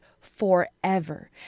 forever